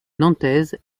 nantaise